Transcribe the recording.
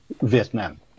Vietnam